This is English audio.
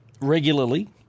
regularly